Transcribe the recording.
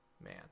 man